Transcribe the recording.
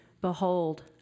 behold